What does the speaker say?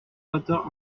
orateur